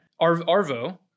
Arvo